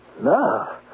Love